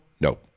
No